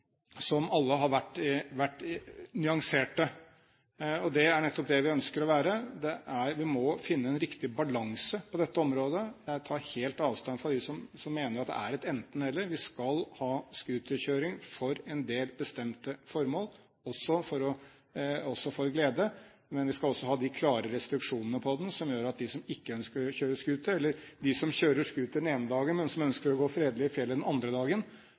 nyanserte. Det er nettopp det vi ønsker å være. Vi må finne en riktig balanse på dette området. Jeg tar helt avstand fra dem som mener at dette er et enten–eller. Vi skal ha scooterkjøring for en del bestemte formål, også for glede, men vi skal også ha klare restriksjoner som gjør at de som ikke ønsker å kjøre scooter, eller de som kjører scooter den ene dagen, men som ønsker å gå fredelig i fjellet den andre dagen,